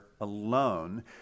alone